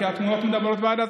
כי התמונות מדברות בעד עצמן.